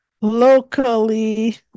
locally